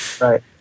Right